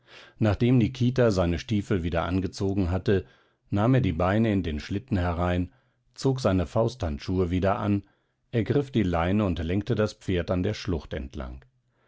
nachdem nikita seine stiefel wieder angezogen hatte nahm er die beine in den schlitten herein zog seine fausthandschuhe wieder an ergriff die leine und lenkte das pferd an der schlucht entlang